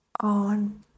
on